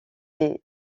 des